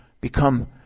become